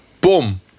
boom